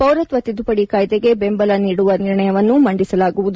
ಪೌರತ್ವ ತಿದ್ದುಪಡಿ ಕಾಯ್ದೆಗೆ ಬೆಂಬಲ ನೀಡುವ ನಿರ್ಣಯವನ್ನು ಮಂಡಿಸಲಾಗುವುದು